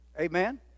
Amen